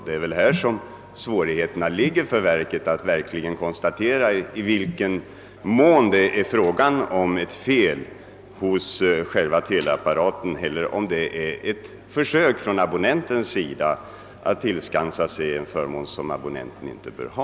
Det är i sådana fall som televerket får svårigheter att verkligen konstatera i vilken mån det är fråga om ett fel hos teleapparaten eller ett försök från abonnentens sida att tillskansa sig en förmån som abonnenten inte bör ha.